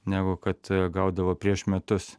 negu kad gaudavo prieš metus